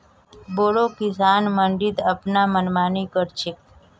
बोरो किसान मंडीत अपनार मनमानी कर छेक